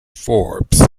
forbes